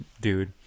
dude